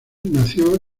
nació